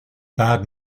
bad